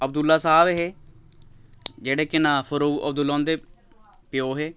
अब्दुल्ल साह्ब हे जेह्ड़े के नांऽ फरू अब्दुल्ला हुंदे प्यो हे